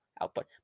output